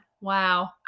Wow